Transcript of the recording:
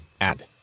Add